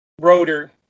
rotor